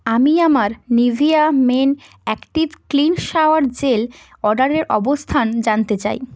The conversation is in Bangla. আমি আমার Nivea men active clean shower gel অর্ডারের অবস্থান জানতে চাই